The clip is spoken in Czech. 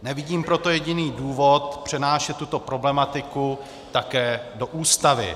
Nevidím proto jediný důvod přenášet tuto problematiku také do Ústavy.